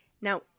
Now